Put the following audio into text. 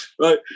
right